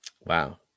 Wow